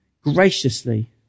graciously